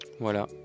Voilà